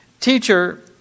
Teacher